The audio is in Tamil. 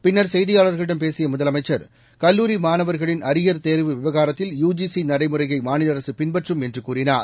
பின்னர் செய்தியாளர்களிடம் பேசிய முதலமைச்சர் கல்லூரி மாணவர்களின் அரியர் தேர்வு விவகாரத்தில் யுஜிசி நடைமுறையை மாநில அரசு பின்பற்றும் என்று கூறினார்